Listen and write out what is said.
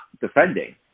defending